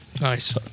Nice